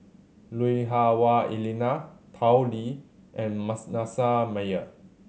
Lui Hah Wah Elena Tao Li and Manasseh Meyer